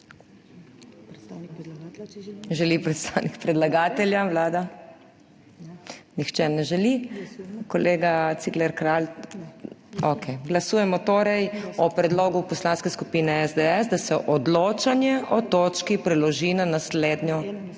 Želita predstavnik predlagatelja, vlada? Nihče ne želi. Kolega Cigler Kralj? (Ne.) Okej. Glasujemo torej o predlogu Poslanske skupine SDS, da se odločanje o točki preloži na eno